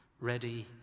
ready